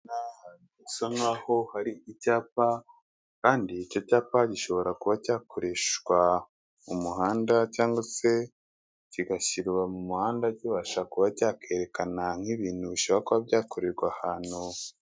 Aha hasa nkaho hari icyapa, kandi icyo cyapa gishobora kuba cyakoreshwa mu muhanda cyangwa se kigashyirwa mu muhanda. Kibasha kuba cyakerekana nk'ibintu bishobora kuba byakorerwa ahantu.